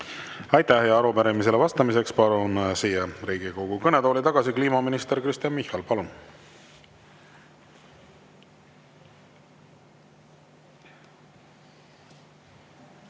Aitäh! Arupärimisele vastamiseks palun Riigikogu kõnetooli tagasi kliimaminister Kristen Michali. Palun!